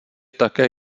také